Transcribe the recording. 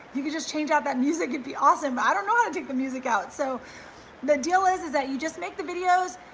you can just change out that music it'd be awesome, but i don't know how to take the music out. so the deal is, is that you just make the videos,